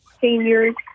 seniors